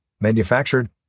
manufactured